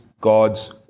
God's